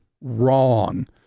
wrong